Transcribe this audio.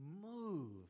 move